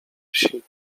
wsi